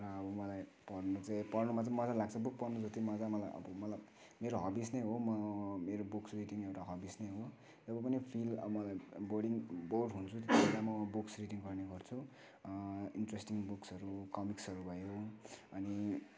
अब मलाई पढ्नु चाहिँ पढ्नुमा चाहिँ मजा लाग्छ बुक पढ्नु जति मजा मलाई अब मेरो हबिज नै हो म मेरो बुक रिडिङ एउटा हबिज नै हो जब पनि फिल मलाई बोरिङ बोर हुन्छु त्यतिबेला बुक्स रिडिङ गर्ने गर्छु इन्ट्रेस्टिङ बुक्सहरू कमिक्सहरू अनि